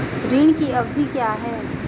ऋण की अवधि क्या है?